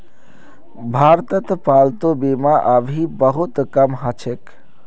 भारतत पालतू बीमा अभी बहुत कम ह छेक